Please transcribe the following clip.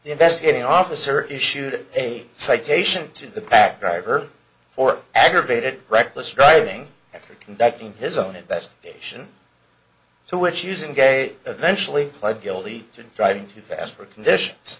investigating officer issued a citation to the back driver for aggravated reckless driving after conducting his own investigation so which using gay eventually pled guilty to driving too fast for conditions